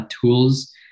tools